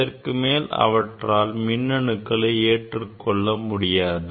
இதற்குமேல் அவற்றால் மின் அணுக்களை ஏற்றுக்கொள்ள முடியாது